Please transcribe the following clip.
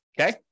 Okay